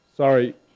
Sorry